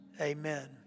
Amen